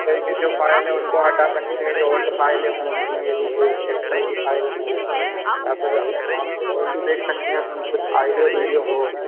sir ये जो file है उनको हटा सकते हैं जो ओल्ड फाइलें हों उसमें यदि कोई एक्सेल कि फाइल हों या फिर आपके और भी देख सकते हैं हम कुछ आइडियो विडिओ हो